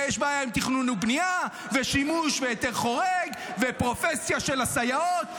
ויש בעיה עם תכנון ובנייה ושימוש בהיתר חורג ופרופסיה של הסייעות.